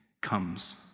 comes